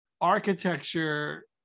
architecture